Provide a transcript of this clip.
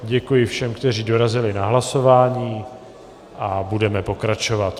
Děkuji všem, kteří dorazili na hlasování, a budeme pokračovat.